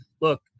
look